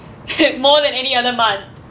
more than any other month